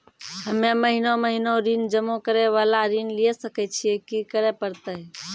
हम्मे महीना महीना ऋण जमा करे वाला ऋण लिये सकय छियै, की करे परतै?